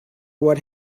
what